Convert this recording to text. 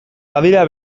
badira